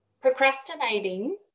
procrastinating